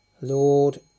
lord